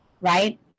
right